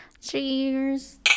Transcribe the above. Cheers